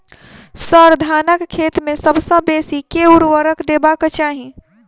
sir, धानक खेत मे सबसँ बेसी केँ ऊर्वरक देबाक चाहि